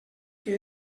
que